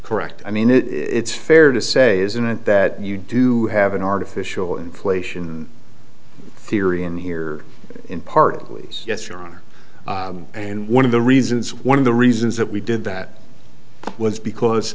correct i mean it it's fair to say isn't it that you do have an artificial inflation therion here in partly yes your honor and one of the reasons one of the reasons that we did that was because